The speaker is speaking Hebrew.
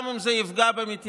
גם אם זה יפגע במתיישבים.